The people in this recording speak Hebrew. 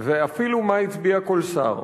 ואפילו מה הצביע כל שר,